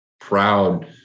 proud